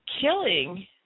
Killing